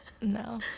no